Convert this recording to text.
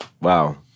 Wow